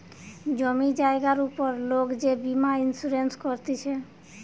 জমি জায়গার উপর লোক যে বীমা ইন্সুরেন্স করতিছে